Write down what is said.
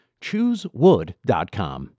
choosewood.com